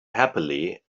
happily